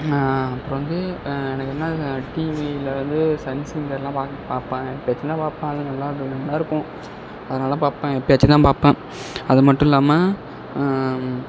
அப்புறம் வந்து எனக்கு வந்து டிவியில் வந்து சன் சிங்கரெலாம் பார்க்க பார்ப்பேன் எப்பேயாச்சும் தான் பார்ப்பேன் அதுவும் நல்லா இருந்து நல்லாயிருக்கும் அதனால தான் பார்ப்பேன் எப்பேயாச்சும் தான் பார்ப்பேன் அது மட்டும் இல்லாமல்